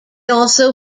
also